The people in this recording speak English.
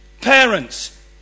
Parents